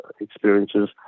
experiences